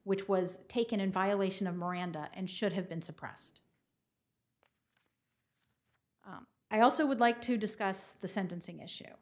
which was taken in violation of miranda and should have been suppressed i also would like to discuss the sentencing